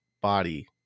body